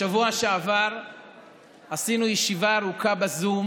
בשבוע שעבר עשינו ישיבה ארוכה בזום